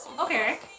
Okay